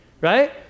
right